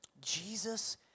Jesus